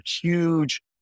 huge